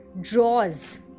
draws